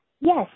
Yes